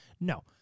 No